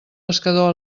pescador